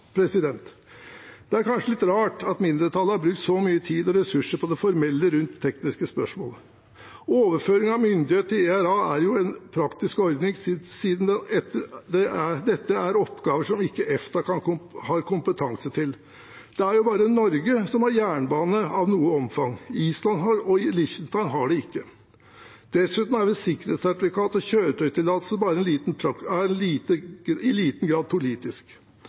Det er kanskje litt rart at mindretallet har brukt så mye tid og ressurser på det formelle rundt tekniske spørsmål. Overføring av myndighet til ERA er en praktisk ordning siden dette er oppgaver som ikke EFTA har kompetanse til. Det er jo bare Norge som har jernbane av noe omfang. Island og Liechtenstein har det ikke. Dessuten er sikkerhetssertifikat og kjøretøytillatelse i liten grad politisk. Det er pussig når det fra jussprofessor Eriksen problematiseres at ERA skulle tilbakekalle sikkerhetssertifikater i